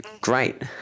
great